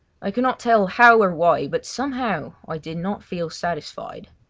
i could not tell how or why, but somehow i did not feel satisfied.